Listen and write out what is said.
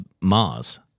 Mars